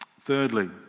Thirdly